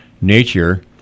nature